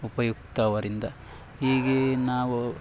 ಉಪಯುಕ್ತ ಅವರಿಂದ ಹೀಗೆ ನಾವು